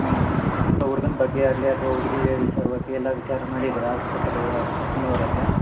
ಹ್ಞೂ ಉಡುಗನ ಬಗ್ಗೆ ಆಗಲಿ ಅಥವಾ ಹುಡುಗಿ ವಿಚಾರವಾಗಿ ಎಲ್ಲ ವಿಚಾರ ಮಾಡಿದ್ರಾ ಅಕ್ಕ ಪಕ್ಕದ ಮನೆಯವ್ರ ಹತ್ರ